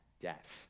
death